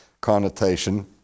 connotation